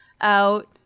out